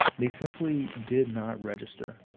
they simply did not register.